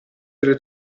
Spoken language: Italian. delle